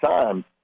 time